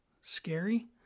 scary